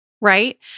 right